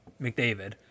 McDavid